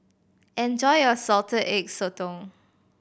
enjoy your Salted Egg Sotong